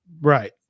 Right